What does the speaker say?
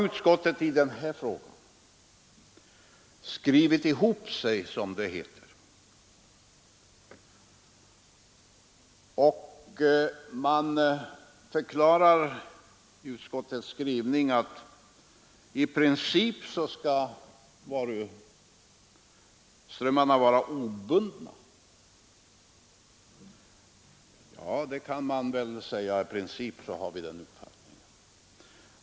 Utskottet har i denna fråga skrivit ihop sig som det heter, och man förklarar i utskottets skrivning att varuströmmarna i princip skall vara obundna. Ja, det är riktigt. I princip har vi den uppfattningen.